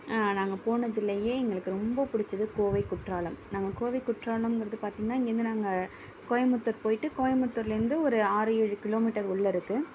நாங்கள் போனதுலேயே எங்களுக்கு ரொம்ப பிடிச்சது கோவை குற்றாலம் நாங்கள் கோவை குற்றாலங்கறது பார்த்திங்கனா இங்கேருந்து நாங்கள் கோயம்புத்தூர் போய்விட்டு கோயம்புத்தூர்லேந்து ஒரு ஆறு ஏழு கிலோமீட்டர் உள்ளே இருக்குது